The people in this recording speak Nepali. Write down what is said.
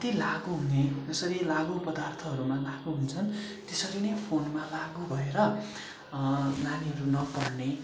अति लागु हुने जसरी लागु पर्दाथहरूमा लागु हुन्छन् त्यसरी नै फोनमा लागु भएर नानीहरू नपढ्ने